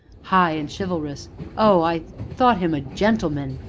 high and chivalrous oh! i thought him a gentleman!